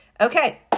Okay